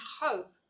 hope